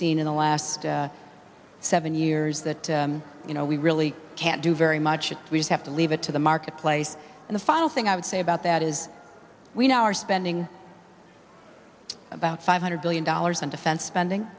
seen in the last seven years that you know we really can't do very much it's we have to leave it to the marketplace and the final thing i would say about that is we now are spending about five hundred billion dollars in defense spending